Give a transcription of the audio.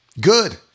Good